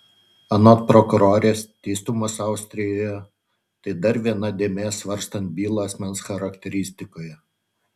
anot prokurorės teistumas austrijoje tai dar viena dėmė svarstant bylą asmens charakteristikoje